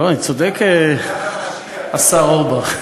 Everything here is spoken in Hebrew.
אני צודק, השר אורבך?